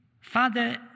Father